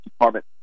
department